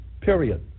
period